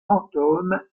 fantômes